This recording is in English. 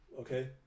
okay